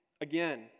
again